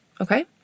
okay